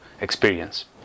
experience